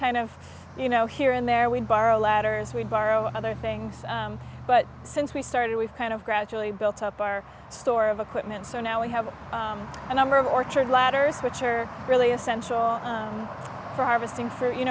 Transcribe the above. kind of you know here and there we borrow ladders we borrow other things but since we started we've kind of gradually built up our store of equipment so now we have a number of orchard ladders which are really essential